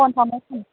phone ꯊꯝꯃꯣ ꯊꯝꯃꯣ